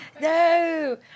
No